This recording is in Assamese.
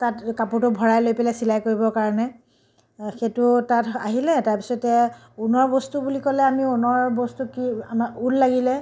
তাত কাপোৰটো ভৰাই লৈ পেলাই চিলাই কৰিবৰ কাৰণে সেইটো তাত আহিলে তাৰ পিছতে ঊণৰ বস্তু বুলি ক'লে আমি ঊণৰ বস্তু কি আমাৰ ঊল লাগিলে